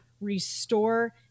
restore